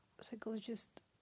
psychologist